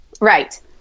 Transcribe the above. Right